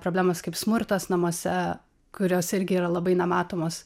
problemos kaip smurtas namuose kurios irgi yra labai nematomos